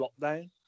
lockdown